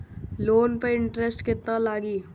Loan पे interest केतना लागी?